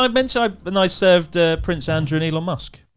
i mention i but and i served prince andrew and elon musk?